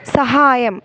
സഹായം